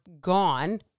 gone